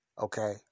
okay